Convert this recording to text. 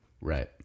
Right